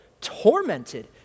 tormented